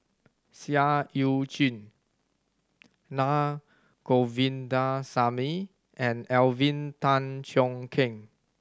Seah Eu Chin Naa Govindasamy and Alvin Tan Cheong Kheng